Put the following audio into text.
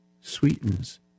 sweetens